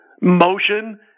motion